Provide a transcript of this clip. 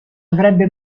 avrebbe